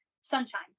Sunshine